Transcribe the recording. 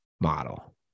model